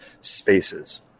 spaces